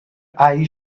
eyes